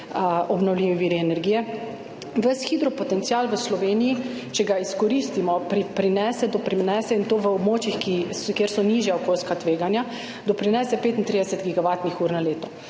obnovljivimi viri energije, ves hidropotencial v Sloveniji, če ga izkoristimo, doprinese, in to v območjih, ki so, kjer so nižja okolijska tveganja, 35 gigavatnih ur na leto,